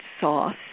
sauce